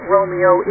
Romeo